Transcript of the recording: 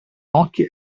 nokia